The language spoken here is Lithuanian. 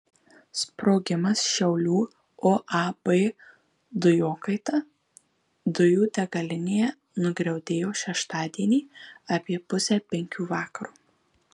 sprogimas šiaulių uab dujokaita dujų degalinėje nugriaudėjo šeštadienį apie pusę penkių vakaro